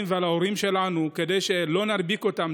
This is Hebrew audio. ועל ההורים שלנו כדי שלא נדביק אותם,